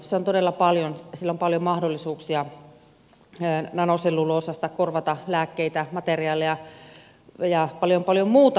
se on todella paljon sillä on paljon mahdollisuuksia nanoselluloosasta korvata lääkkeitä materiaaleja ja paljon paljon muuta